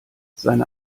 seine